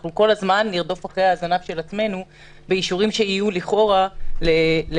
אנחנו כל הזמן נרדוף אחרי הזנב של עצמנו באישורים שיהיו לכאורה לשעתה,